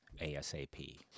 asap